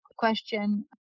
question